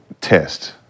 test